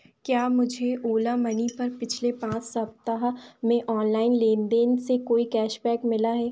क्या मुझे ओला मनी पर पिछले पाँच सप्ताह में ऑनलाइन लेनदेन से कोई कैशबैक मिला है